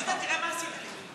תראה מה עשית לי.